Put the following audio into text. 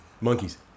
Monkeys